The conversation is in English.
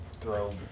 Throw